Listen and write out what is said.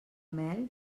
mel